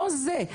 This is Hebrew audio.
לא זה,